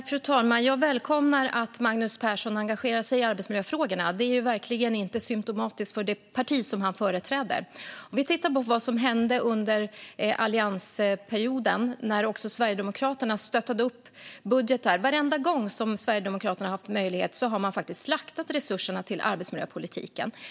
Fru talman! Jag välkomnar att Magnus Persson engagerar sig i arbetsmiljöfrågorna. Det är verkligen inte symtomatiskt för det parti som han företräder. Låt oss titta på vad som hände under alliansperioden när Sverigedemokraterna gav stöd till budgetar. Varenda gång som Sverigedemokraterna har haft möjlighet har de slaktat resurserna till arbetsmiljöpolitiken.